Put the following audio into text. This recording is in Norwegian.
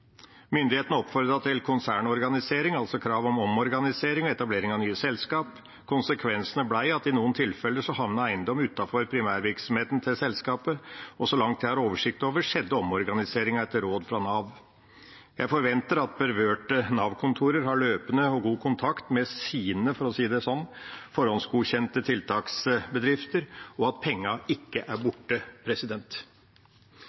Myndighetene oppfordret til konsernorganisering, altså krav om omorganisering og etablering av nye selskap. Konsekvensene ble at i noen tilfeller havnet eiendom utenfor primærvirksomheten til selskapet, og så langt jeg har oversikt over, skjedde omorganiseringen etter råd fra Nav. Jeg forventer at berørte Nav-kontorer har løpende og god kontakt med «sine», for å si det sånn, forhåndsgodkjente tiltaksbedrifter, og at pengene ikke er